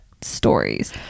stories